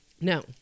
No